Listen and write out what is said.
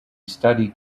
studied